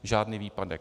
Žádný výpadek.